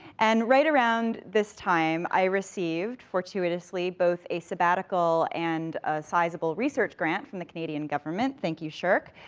and right around this time i received, fortuitously, both a sabbatical, and a sizeable research grant from the canadian government. thank you, sshrc,